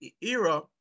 era